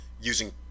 using